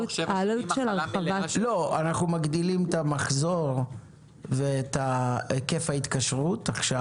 אנחנו מגדילים את המחזור והיקף ההתקשרות עכשיו